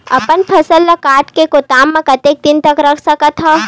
अपन फसल ल काट के गोदाम म कतेक दिन तक रख सकथव?